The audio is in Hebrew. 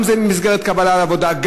אם במסגרת קבלה לעבודה,